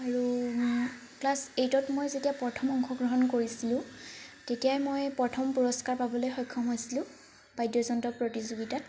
আৰু ক্লাছ এইটত মই যেতিয়া প্ৰথম অংশগ্ৰহণ কৰিছিলো তেতিয়াই মই প্ৰথম পুৰষ্কাৰ পাবলৈ সক্ষম হৈছিলো বাদ্যযন্ত্ৰ প্ৰতিযোগীতাত